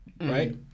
right